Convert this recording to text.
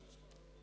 חוק ומשפט נתקבלה.